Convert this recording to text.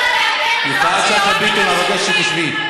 יפעת שאשא ביטון, אני מבקש שתשבי.